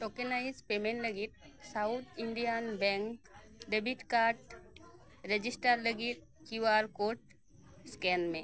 tokenised payment ᱞᱟᱹᱜᱤᱫ South Indian Bank debit card register ᱞᱟᱹᱜᱤᱫ Q R code scan ᱢᱮ